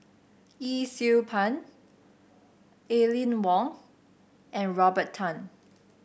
Yee Siew Pun Aline Wong and Robert Tan